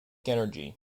energy